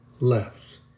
left